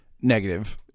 negative